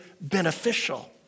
beneficial